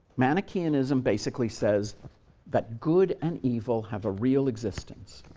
manicheanism basically says that good and evil have a real existence.